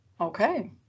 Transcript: Okay